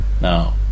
Now